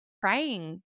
praying